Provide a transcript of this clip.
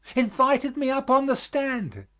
invited me up on the stand!